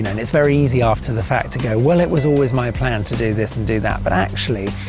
and is very easy after the fact to go well, it was always my plan to do this and do that. but actually,